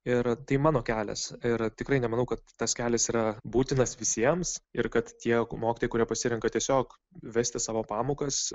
ir tai mano kelias ir tikrai nemanau kad tas kelias yra būtinas visiems ir kad tie mokytojai kurie pasirenka tiesiog vesti savo pamokas